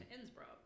Innsbruck